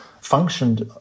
functioned